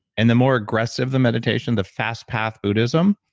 and the more aggressive the meditation, the fast path buddhism,